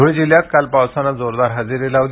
धुळे जिल्ह्यात काल पावसानं जोरदार हजेरी लावली